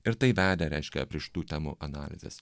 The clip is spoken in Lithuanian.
ir tai vedė reiškia prie šitų temų analizės